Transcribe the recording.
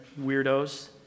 weirdos